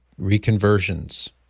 reconversions